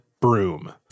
broom